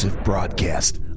Broadcast